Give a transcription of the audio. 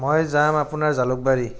মই যাম আপোনাৰ জালুকবাৰী